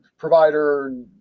Provider